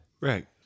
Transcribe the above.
right